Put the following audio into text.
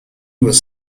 was